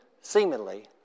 seemingly